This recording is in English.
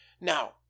Now